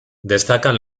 destacan